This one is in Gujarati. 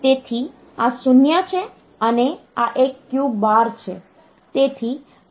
તેથી આ 0 છે અને આ એક Q બાર છે